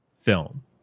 film